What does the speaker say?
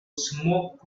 smoke